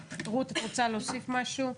רות, את רוצה להוסיף משהו?